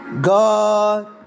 God